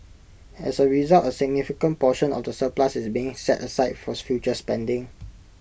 as A result A significant portion of the surplus is being set aside for future spending